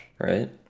right